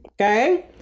okay